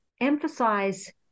emphasize